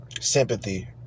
sympathy